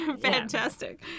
Fantastic